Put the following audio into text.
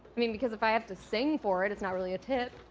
i mean because if i have to sing for it, it's not really a tip,